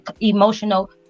emotional